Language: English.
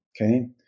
okay